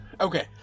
Okay